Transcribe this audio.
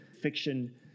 fiction